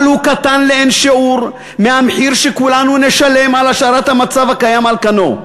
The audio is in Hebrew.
אבל הוא קטן לאין שיעור מהמחיר שכולנו נשלם על השארת המצב הקיים על כנו.